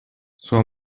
sua